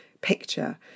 picture